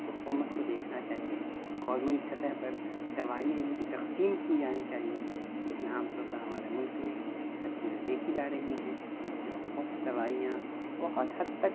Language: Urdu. کو حکومت کو دیکھنا چاہیے گورمنیٹ سطح پر دوائیاں ان کی تقسیم کی جانی چاہیئیں لیکن عام طور پر ہمارے ملک میں یہ سب چیزیں دیکھی جا رہی ہیں جو مفت دوائیاں بہت حد تک